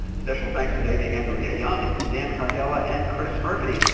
special thanks today to andrea young, dan cardella and chris murphy.